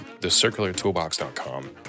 thecirculartoolbox.com